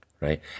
right